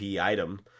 item